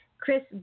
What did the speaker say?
Chris